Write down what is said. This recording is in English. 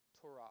torah